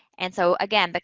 and so, again, but